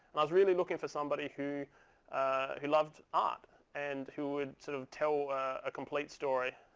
i was really looking for somebody who who loved art and who would sort of tell a complete story.